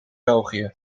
belgië